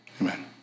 amen